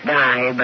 die